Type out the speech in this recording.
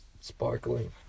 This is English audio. Sparkling